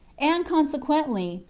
and, consequently,